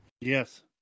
Yes